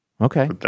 Okay